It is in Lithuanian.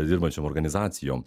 dirbančiom organizacijom